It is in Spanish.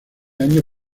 año